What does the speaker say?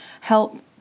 help